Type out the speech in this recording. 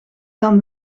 dan